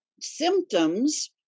Symptoms